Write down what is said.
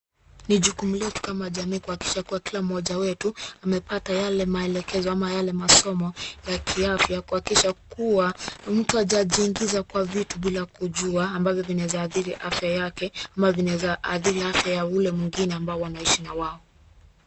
Ni jukumu letu kama jamii kuhakikisha kila mmoja wetu amepata yale maelekezo ama yale masomo ya kiafya kuhakikisha kua mtu hajajiingiza kwa vitu bila kujua ambavyo vinaweza athiri afya yake ama vinaweza athiri ya ule mwingine ambao wanaishi na wao.